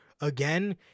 again